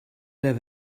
der